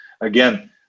again